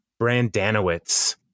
Brandanowitz